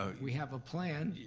ah we have a plan.